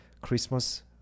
Christmas